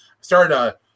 started